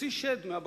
הוציא שד מהבקבוק.